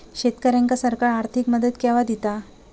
शेतकऱ्यांका सरकार आर्थिक मदत केवा दिता?